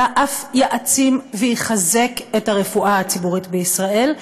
אלא אף יעצים ויחזק את הרפואה הציבורית בישראל.